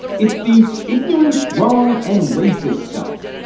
it's the ignorant, wrong and racist stuff.